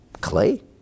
clay